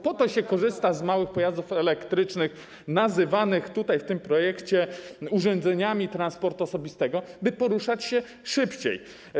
Po to korzysta się z małych pojazdów elektrycznych, nazywanych w tym projekcie urządzeniami transportu osobistego, by poruszać się szybciej.